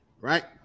Right